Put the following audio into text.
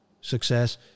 success